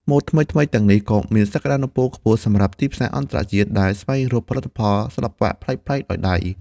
ម៉ូដថ្មីៗទាំងនេះក៏មានសក្តានុពលខ្ពស់សម្រាប់ ទីផ្សារអន្តរជាតិ ដែលស្វែងរកផលិតផលសិល្បៈប្លែកៗដោយដៃ។